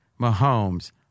Mahomes